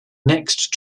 next